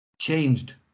changed